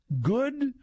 Good